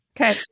Okay